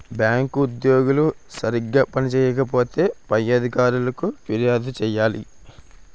bank ఉద్యోగులు సరిగా పని చేయకపోతే పై అధికారులకు ఫిర్యాదు చేయాలి